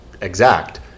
exact